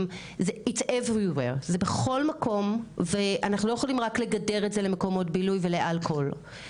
זה בכל מקום ואנחנו לא יכולים רק לגדר את זה למקומות בילוי ולאלכוהול.